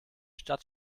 stadt